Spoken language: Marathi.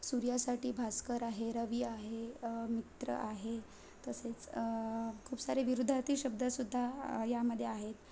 सूर्यासाठी भास्कर आहे रवी आहे मित्र आहे तसेच खूप सारे विरुद्धार्थी शब्दसुद्धा यामध्ये आहेत